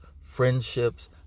friendships